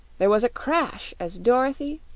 there was a crash as dorothy,